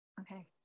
Okay